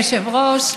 אדוני היושב-ראש,